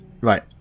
right